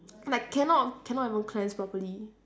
like cannot cannot even cleanse properly